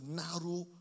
narrow